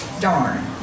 darn